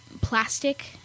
plastic